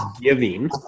giving